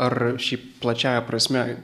ar šiaip plačiąja prasme